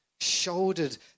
shouldered